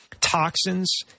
toxins